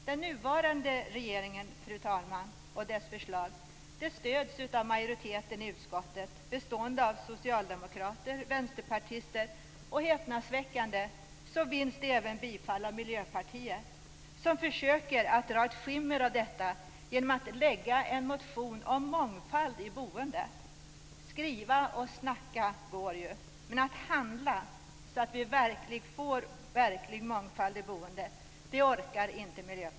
Den nuvarande regeringens förslag stöds av majoriteten i utskottet bestående av socialdemokrater, vänsterpartister och - häpnadsväckande - även av miljöpartister. Förslaget vinner bifall även av Miljöpartiet, som försöker sprida ett skimmer kring detta genom att väcka en motion om mångfald i boendet. Skriva och snacka går ju, men Miljöpartiet orkar inte handla så att vi får en verklig mångfald i boendet.